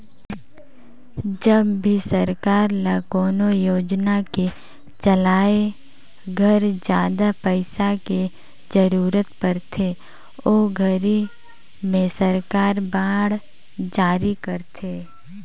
जब भी सरकार ल कोनो योजना के चलाए घर जादा पइसा के जरूरत परथे ओ घरी में सरकार बांड जारी करथे